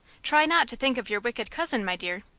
try not to think of your wicked cousin, my dear.